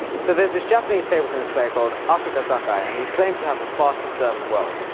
so there is this japanese table tennis player called asuka sakai and he is claimed to have the fastest serve in the world.